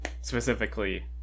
specifically